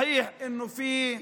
נכון שיש משבר,